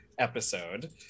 episode